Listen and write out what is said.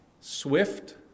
Swift